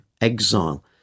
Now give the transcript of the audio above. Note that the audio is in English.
exile